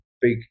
big